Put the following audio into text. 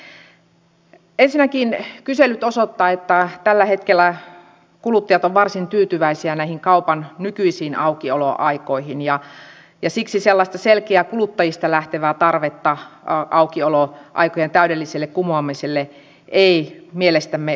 ensinnäkin kyselyt osoittavat että tällä hetkellä kuluttajat ovat varsin tyytyväisiä näihin kaupan nykyisiin aukioloaikoihin ja siksi sellaista selkeää kuluttajista lähtevää tarvetta aukioloaikojen täydelliselle kumoamiselle ei mielestämme ole